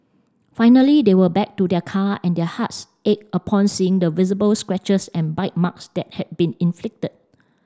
finally they were back to their car and their hearts ached upon seeing the visible scratches and bite marks that had been inflicted